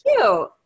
cute